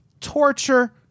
torture